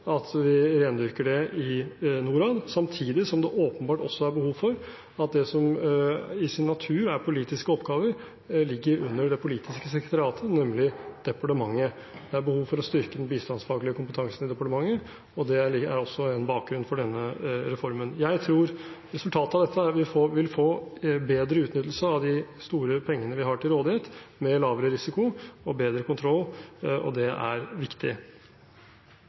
at vi rendyrker det i Norad, samtidig som det åpenbart også er behov for at det som i sin natur er politiske oppgaver, ligger under det politiske sekretariatet, nemlig departementet. Det er behov for å styrke den bistandsfaglige kompetansen i departementet, og det er også en bakgrunn for denne reformen. Jeg tror resultatet av dette er at vi vil få bedre utnyttelse av de store pengene vi har til rådighet, med lavere risiko og bedre kontroll, og det er viktig.